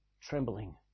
trembling